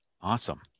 Awesome